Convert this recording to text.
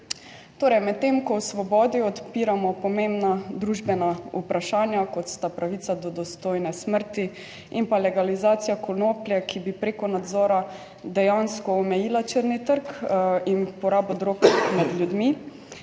Torej, medtem ko v svobodi odpiramo pomembna družbena vprašanja, kot sta pravica do dostojne smrti in pa legalizacija konoplje, ki bi preko nadzora dejansko omejila črni trg in porabo drog med ljudmi,